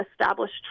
established